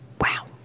Wow